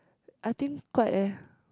I think quite eh